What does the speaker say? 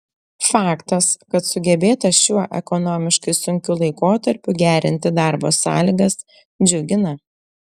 faktas kad sugebėta šiuo ekonomiškai sunkiu laikotarpiu gerinti darbo sąlygas džiugina